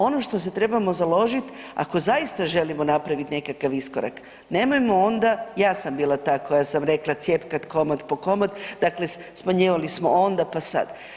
Ono što se trebamo založiti ako zaista želimo napraviti nekakav iskorak nemojmo onda ja sam bila ta koja je rekla cjepkat komad po komad, dakle smanjivali smo onda pa sad.